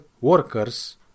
workers